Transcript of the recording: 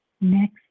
next